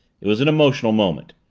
it was an emotional moment.